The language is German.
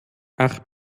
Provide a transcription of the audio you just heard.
ach